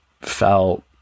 felt